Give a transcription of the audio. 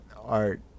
art